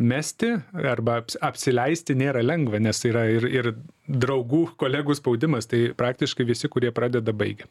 mesti arba apsileisti nėra lengva nes yra ir ir draugų kolegų spaudimas tai praktiškai visi kurie pradeda baigia